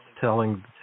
telling